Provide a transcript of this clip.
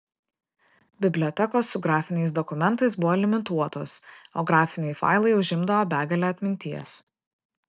bibliotekos su grafiniais dokumentais buvo limituotos o grafiniai failai užimdavo begalę atminties